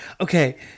okay